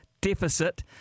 deficit